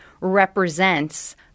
represents